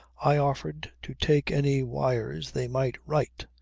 i offered to take any wires they might write.